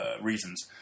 reasons